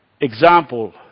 example